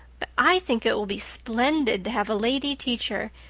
but i think it will be splendid to have a lady teacher,